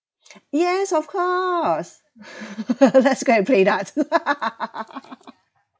yes of course let's go and play darts